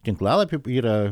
tinklalapy yra